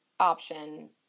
option